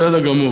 בסדר גמור.